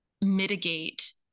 mitigate